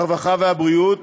הרווחה והבריאות,